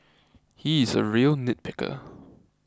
he is a real nitpicker